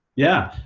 yeah.